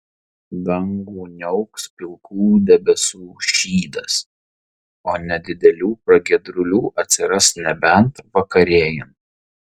dangų niauks pilkų debesų šydas o nedidelių pragiedrulių atsiras nebent vakarėjant